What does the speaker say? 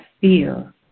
fear